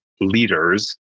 leaders